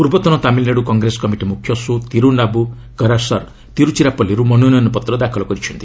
ପ୍ରର୍ବତନ Tamil Nadu Congress committee ମୁଖ୍ୟ ସୁ ତିରୁନାବୁକୁରାସର ତିରୁଚିଲାପଲ୍ଲୀରୁ ମନୋନୟନ ପତ୍ର ଦାଖଲ କରିଛନ୍ତି